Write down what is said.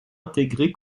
intégré